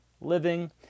Living